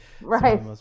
right